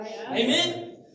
Amen